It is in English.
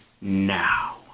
now